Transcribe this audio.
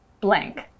blank